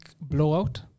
Blowout